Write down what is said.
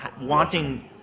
wanting